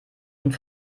und